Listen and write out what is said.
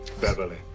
Beverly